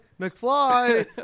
McFly